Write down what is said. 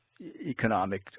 Economic